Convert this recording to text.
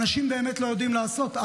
אנשים באמת לא יודעים מה לעשות,